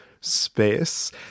space